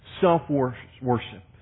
self-worship